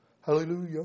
Hallelujah